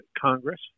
Congress